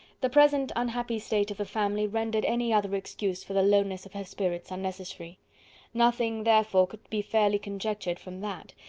the present unhappy state of the family rendered any other excuse for the lowness of her spirits unnecessary nothing, therefore, could be fairly conjectured from that,